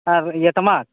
ᱟᱨ ᱤᱭᱟᱹ ᱴᱟᱢᱟᱠ